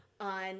on